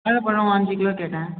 வாழைப்பழம் அஞ்சு கிலோ கேட்டேன்